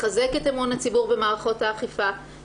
לחזק את אמון הציבור במערכות האכיפה,